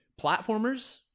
platformers